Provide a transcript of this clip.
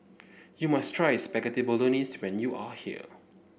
you must try Spaghetti Bolognese when you are here